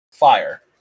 Fire